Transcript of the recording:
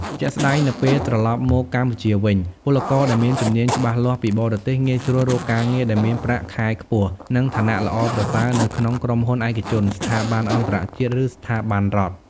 ជាក់ស្ដែង នៅពេលត្រឡប់មកកម្ពុជាវិញ ពលករដែលមានជំនាញច្បាស់លាស់ពីបរទេស ងាយស្រួលរកការងារដែលមានប្រាក់ខែខ្ពស់ និងឋានៈល្អប្រសើរនៅក្នុងក្រុមហ៊ុនឯកជន ស្ថាប័នអន្តរជាតិ ឬស្ថាប័នរដ្ឋ។